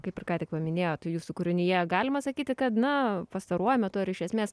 kaip ir ką tik paminėjot jūsų kūrinyje galima sakyti kad na pastaruoju metu ar iš esmės